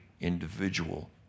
individual